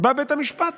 ומחוקים